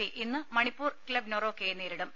C ഇന്ന് Manipur club നെറോക്കയെ നേരിടും